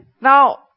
Now